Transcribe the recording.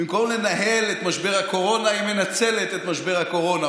במקום לנהל את משבר הקורונה היא מנצלת את משבר הקורונה,